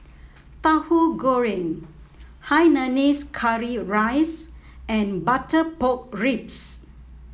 Tahu Goreng Hainanese Curry Rice and Butter Pork Ribs